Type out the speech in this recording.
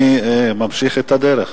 אני ממשיך את הדרך.